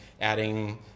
adding